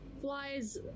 flies